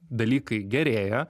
dalykai gerėja